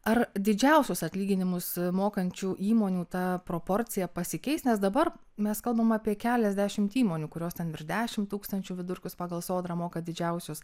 ar didžiausius atlyginimus mokančių įmonių ta proporcija pasikeis nes dabar mes kalbam apie keliasdešimt įmonių kurios ten virš dešimt tūkstančių vidurkius pagal sodrą moka didžiausius